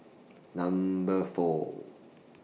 Number four